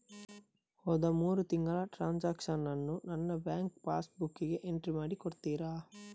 ಹೋದ ಮೂರು ತಿಂಗಳ ಟ್ರಾನ್ಸಾಕ್ಷನನ್ನು ನನ್ನ ಬ್ಯಾಂಕ್ ಪಾಸ್ ಬುಕ್ಕಿಗೆ ಎಂಟ್ರಿ ಮಾಡಿ ಕೊಡುತ್ತೀರಾ?